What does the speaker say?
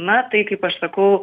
na tai kaip aš sakau